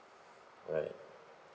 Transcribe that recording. right